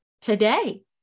today